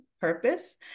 purpose